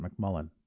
McMullen